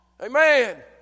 Amen